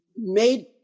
made